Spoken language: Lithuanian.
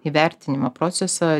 įvertinimo procesą